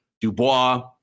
Dubois